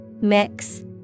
Mix